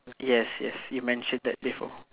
yes yes you mention that before